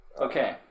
Okay